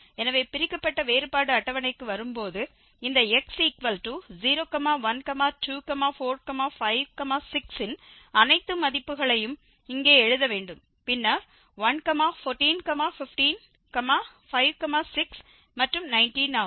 எனவே பிரிக்கப்பட்ட வேறுபாடு அட்டவணைக்கு வரும்போது இந்த எக்ஸ் 0 1 2 4 5 6 இன் அனைத்து மதிப்புகளையும் இங்கே எழுத வேண்டும் பின்னர் 1 14 15 5 6 மற்றும் 19 ஆகும்